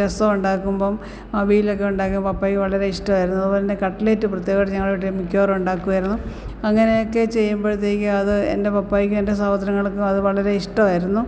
രസമുണ്ടാക്കുമ്പോള് അവിയലൊക്കെ ഉണ്ടാക്കുമ്പോള് പപ്പായ്ക്ക് വളരെ ഇഷ്ടമായിരുന്നു പിന്നെ കട്ട്ലേയ്റ്റ് പ്രത്യേകമായിട്ട് ഞങ്ങളുടെ വീട്ടിൽ മിക്കവാറുവുണ്ടാക്കുമായിരുന്നു അങ്ങനെയൊക്കെ ചെയ്യുമ്പോഴത്തേക്ക് അത് എൻ്റെ പപ്പായ്ക്കും എൻ്റെ സഹോദരങ്ങൾക്കും അത് വളരെ ഇഷ്ടമായിരുന്നു